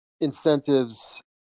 incentives